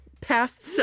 past